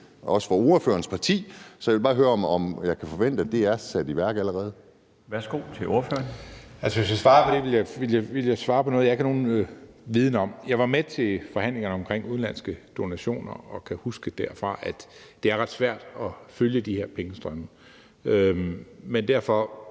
også fra ordførerens parti, så jeg vil bare høre, om jeg kan forvente, at det allerede er sat i værk. Kl. 16:10 Den fg. formand (Bjarne Laustsen): Værsgo til ordføreren. Kl. 16:10 Mads Fuglede (V): Hvis jeg skulle svare på det, ville jeg svare på noget, jeg ikke har nogen viden om. Jeg var med til forhandlingerne omkring udenlandske donationer og kan huske derfra, at det er ret svært at følge de her pengestrømme. Men derfor